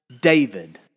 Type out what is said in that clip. David